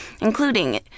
including